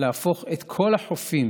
להפוך את כל החופים